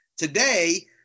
Today